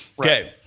Okay